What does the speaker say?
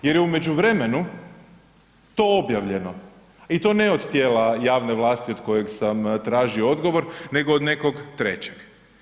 Jer je u međuvremenu to objavljeno i to ne od tijela javne vlasti od kojeg sam tražio odgovor nego od nekog trećeg.